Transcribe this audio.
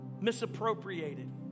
Misappropriated